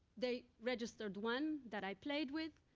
they registered one that i played with.